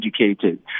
educated